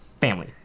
Family